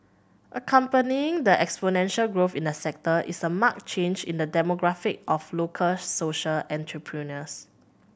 accompanying the exponential growth in the sector is a marked change in the demographic of local social entrepreneurs